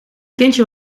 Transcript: kindje